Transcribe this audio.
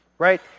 right